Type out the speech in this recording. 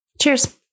Cheers